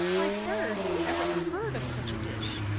why, bird, who ever heard of such a dish?